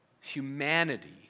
humanity